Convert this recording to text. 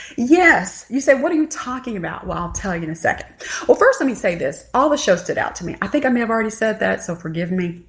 yes, you say what are you talking about while telling in a second well first let me say this all the show stood out to me i think i may have already said that so forgive me.